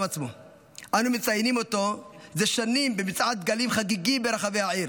זה שנים שאנו מציינים אותו במצעד דגלים חגיגי ברחבי העיר.